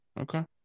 Okay